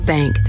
Bank